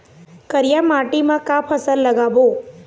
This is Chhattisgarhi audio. करिया माटी म का फसल लगाबो?